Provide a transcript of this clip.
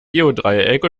geodreieck